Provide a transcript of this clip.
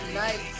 night